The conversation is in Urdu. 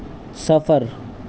صفر